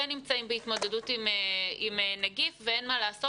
נמצאים בהתמודדות עם נגיף ואין מה לעשות,